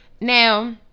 Now